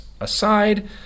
aside